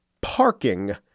parking